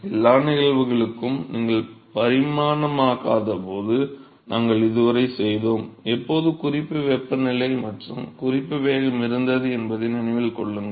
எல்லா நிகழ்வுகளுக்கும் நீங்கள் பரிமாணமாக்காதபோது நாங்கள் இதுவரை செய்தோம் எப்போதும் குறிப்பு வெப்பநிலை மற்றும் குறிப்பு வேகம் இருந்தது என்பதை நினைவில் கொள்ளுங்கள்